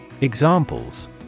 Examples